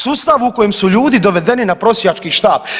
Sustavu u kojem su ljudi dovedeni na prosjački štap.